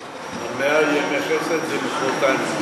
מאה ימי חסד זה מחרתיים.